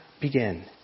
begin